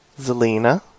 Zelina